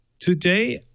today